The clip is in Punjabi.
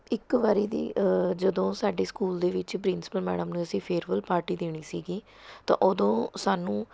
ਇੱਕ ਵਾਰੀ ਦੀ ਜਦੋਂ ਸਾਡੇ ਸਕੂਲ ਦੇ ਵਿੱਚ ਪ੍ਰਿੰਸਪਲ ਮੈਡਮ ਨੂੰ ਅਸੀਂ ਫੇਅਰਵੈੱਲ ਪਾਰਟੀ ਦੇਣੀ ਸੀਗੀ ਤਾਂ ਉਦੋਂ ਸਾਨੂੰ